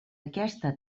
aquesta